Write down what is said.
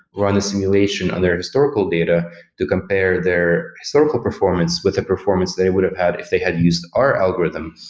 run a simulation on their historical data to compare their historical performance with a performance they would have had if they had used our algorithm.